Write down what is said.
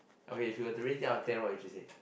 okay if you were to rate it out of ten what would you say